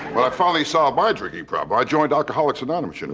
but i finally solved my drinking problem, i joined alcoholics anonymous, you know,